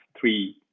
three